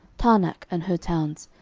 taanach and her towns,